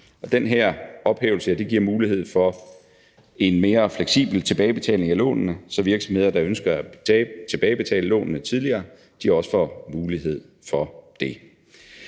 Den her ophævelse giver mulighed for en mere fleksibel tilbagebetaling af lånene, så virksomheder, der ønsker at tilbagebetale lånene tidligere, også får mulighed for det.